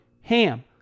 HAM